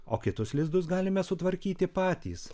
o kitus lizdus galime sutvarkyti patys